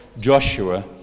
Joshua